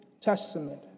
Testament